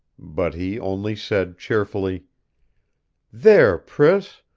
but he only said cheerfully there, priss.